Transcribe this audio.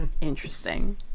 interesting